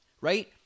right